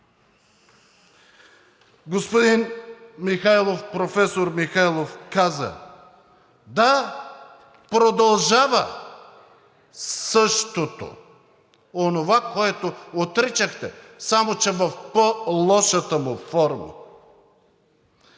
Господин Михайлов, професор Михайлов каза: „Да, продължава същото онова, което отричахте, само че в по-лошата му форма.“